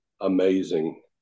amazing